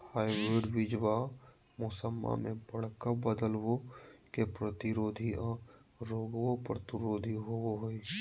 hybrid बीजावा मौसम्मा मे बडका बदलाबो के प्रतिरोधी आ रोगबो प्रतिरोधी होबो हई